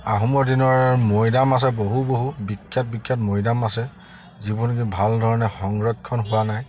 আহোমৰ দিনৰ মৈদাম আছে বহু বহু বিখ্যাত বিখ্যাত মৈদাম আছে যিবোৰ ভাল ধৰণে সংৰক্ষণ হোৱা নাই